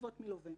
מלווה.